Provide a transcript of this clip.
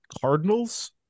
Cardinals